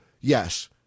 yes